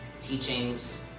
teachings